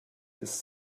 ist